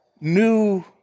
New